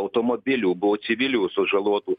automobilių buvo civilių sužalotų